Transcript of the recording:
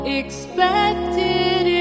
expected